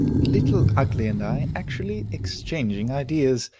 little ugly and i actually exchanging ideas!